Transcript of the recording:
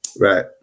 Right